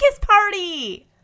party